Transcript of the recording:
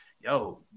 yo